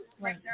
right